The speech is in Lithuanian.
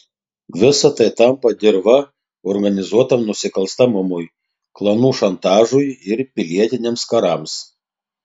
visa tai tampa dirva organizuotam nusikalstamumui klanų šantažui ir pilietiniams karams